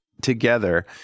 together